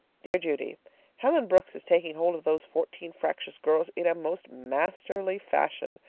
dear judy helen brooks is taking hold of those fourteen fractious girls in a most masterly fashion.